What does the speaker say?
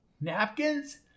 Napkins